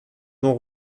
non